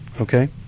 okay